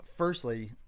Firstly